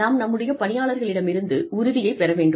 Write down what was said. நாம் நம்முடைய பணியாளர்களிடமிருந்து உறுதியை பெற வேண்டும்